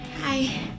Hi